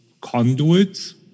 conduits